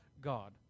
God